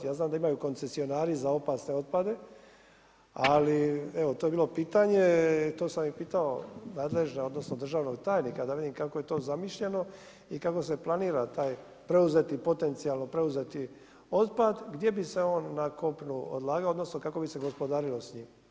Ja znam da imaju koncesionari za opasne otpade ali evo, to je bilo pitanje, to sam i pitao nadležna odnosno državnog tajnika da vidim kako je to zamišljeno i kako se planira taj potencijalno preuzeti otpad, gdje bi se on na kopnu odlagao, odnosno kao bi se gospodarilo s njim?